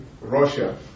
Russia